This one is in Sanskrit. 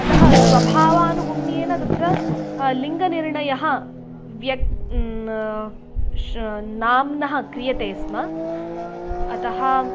अतः स्वभावानुगुण्येन तत्र लिङ्गनिर्णयः व्यक् श् नाम्नः क्रियते स्म अतः